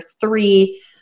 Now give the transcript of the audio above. three